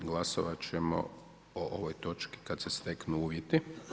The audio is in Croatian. Glasovat ćemo o ovoj točki kad se steknu uvjeti.